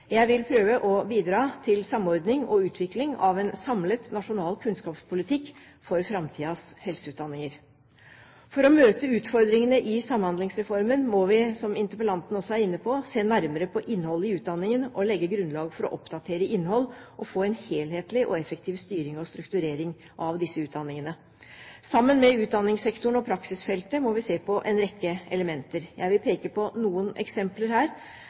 Jeg vil prøve å bidra til samordning og utvikling av en samlet nasjonal kunnskapspolitikk for framtidens helseutdanninger. For å møte utfordringene i Samhandlingsreformen må vi, som interpellanten også var inne på, se nærmere på innholdet i utdanningene og legge et grunnlag for å oppdatere innhold og få en helhetlig og effektiv styring og strukturering av disse utdanningene. Sammen med utdanningssektoren og praksisfeltet må vi se på en rekke elementer. Jeg vil peke på noen eksempler her.